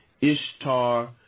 Ishtar